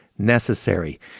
necessary